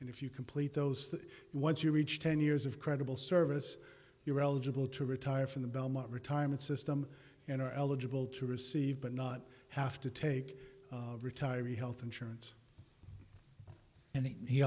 and if you complete those that once you reach ten years of credible service you are eligible to retire from the belmont retirement system and are eligible to receive but not have to take retiree health insurance and he